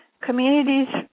Communities